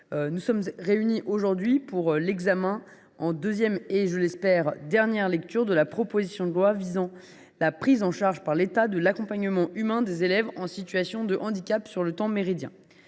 Nous sommes réunis aujourd’hui pour l’examen en deuxième et – je l’espère – dernière lecture de la proposition de loi visant à la prise en charge par l’État de l’accompagnement humain des élèves en situation de handicap sur le temps méridien.